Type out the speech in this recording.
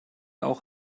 auch